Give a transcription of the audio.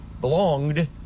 belonged